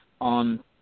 on